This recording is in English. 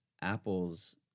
Apple's